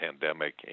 pandemic